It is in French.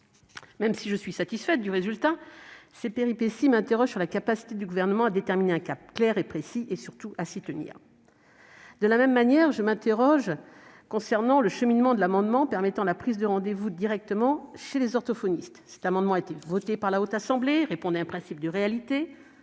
Même si je suis satisfaite du résultat, ces péripéties m'interrogent sur la capacité du Gouvernement à déterminer un cap clair et précis et, surtout, à s'y tenir. Eh oui ! De la même manière, je m'interroge quant au cheminement de l'amendement tendant à permettre une prise de rendez-vous directement chez les orthophonistes. Cette disposition, votée par la Haute Assemblée, répondait à un principe de réalité-